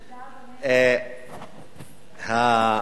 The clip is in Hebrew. תודה, אדוני.